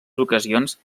ocasions